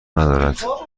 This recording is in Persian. ندارد